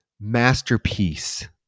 masterpiece